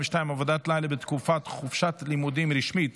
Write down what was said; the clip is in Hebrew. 22) (עבודת לילה בתקופת חופשת לימודים רשמית),